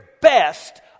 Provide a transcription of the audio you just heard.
best